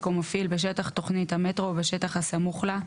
או מפעיל בשטח תוכנית המטרו או בשטח הסמוך לה,